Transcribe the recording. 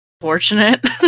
Fortunate